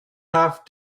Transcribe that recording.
have